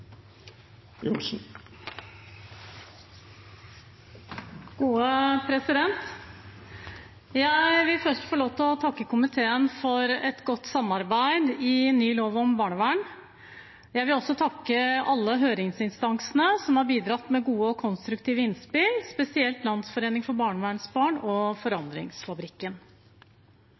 vil først få lov til å takke komiteen for et godt samarbeid om ny lov om barnevern. Jeg vil også takke alle høringsinstansene som har bidratt med gode og konstruktive innspill, spesielt Landsforeningen for barnevernsbarn og Forandringsfabrikken.